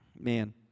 Man